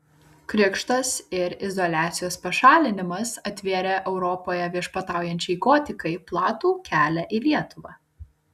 krikštas ir izoliacijos pašalinimas atvėrė europoje viešpataujančiai gotikai platų kelią į lietuvą